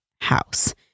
house